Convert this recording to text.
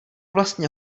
vlastně